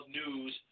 news